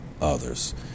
others